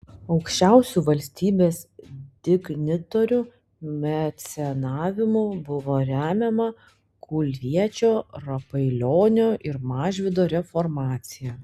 aukščiausių valstybės dignitorių mecenavimu buvo remiama kulviečio rapailionio ir mažvydo reformacija